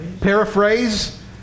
Paraphrase